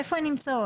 איפה הן נמצאות.